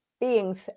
Beings